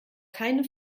keine